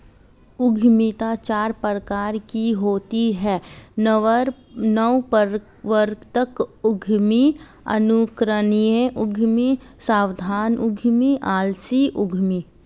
उद्यमिता चार प्रकार की होती है नवप्रवर्तक उद्यमी, अनुकरणीय उद्यमी, सावधान उद्यमी, आलसी उद्यमी